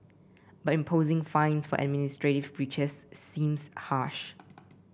but imposing fines for administrative breaches seems harsh